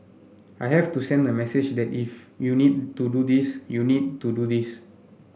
I have to send the message that if you need to do this you need to do this